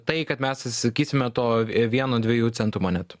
tai kad mes atsisakysime to vieno dviejų centų monetų